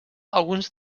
alguns